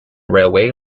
railway